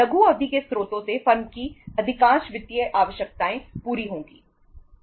लघु अवधि के स्रोतों से फर्म की अधिकांश वित्तीय आवश्यकताएं पूरी होंगी